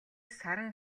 саран